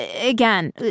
again